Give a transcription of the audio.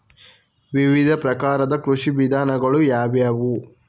ವಿವಿಧ ಪ್ರಕಾರದ ಕೃಷಿ ವಿಧಾನಗಳು ಯಾವುವು?